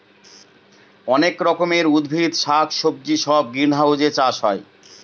অনেক রকমের উদ্ভিদ শাক সবজি সব গ্রিনহাউসে চাষ হয়